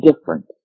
different